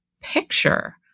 picture